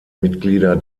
mitglieder